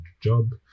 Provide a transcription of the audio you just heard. job